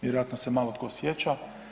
Vjerojatno se malo tko sjeća.